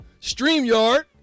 StreamYard